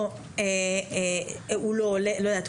לא יודעת,